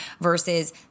versus